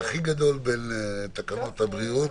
שכנעתם אותי פעם אחת מהר, אז תרוץ הלאה.